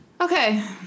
Okay